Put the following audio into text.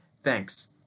Thanks